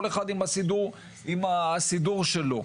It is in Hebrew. כל אחד עם הסידור שלו.